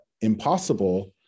impossible